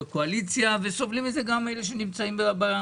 המציאות הזאת היא לא מציאות שנלחמים נגד משקיעים.